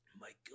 Michael